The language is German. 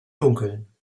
dunkeln